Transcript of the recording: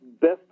best